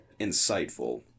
insightful